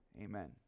Amen